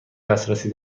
دسترسی